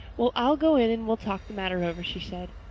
well, i'll go in and we'll talk the matter over, she said.